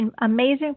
amazing